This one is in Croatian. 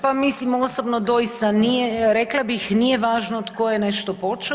Pa mislim osobno doista nije, rekla bih nije važno tko je nešto počeo.